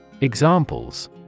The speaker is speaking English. Examples